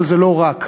אבל לא רק,